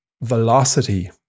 velocity